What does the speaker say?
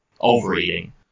overeating